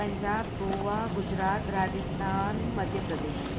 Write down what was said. Punjab Goa Gujarat Rajasthan Madhya Pradesh